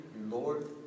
Lord